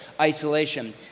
isolation